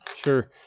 Sure